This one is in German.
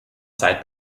zeit